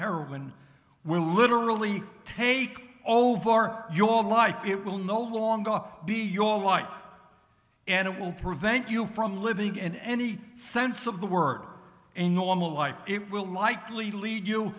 heroin will literally take over your life it will no longer up be your life and it will prevent you from living in any sense of the word a normal life it will likely lead you